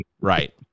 right